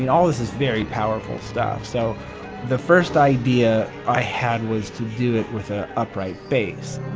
and all this is very powerful stuff, so the first idea i had was to do it with an upright bass